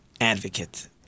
advocate